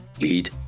lead